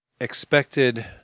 expected